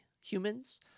humans